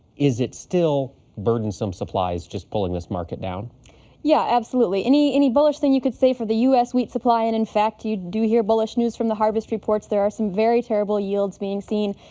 is it still burdensome supplies just pulling this market down? kub yeah, absolutely. any any bullish thing you could say for the u s. wheat supply, and in fact you do hear bullish news from the harvest reports, there are some very terrible yields being seen,